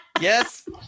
Yes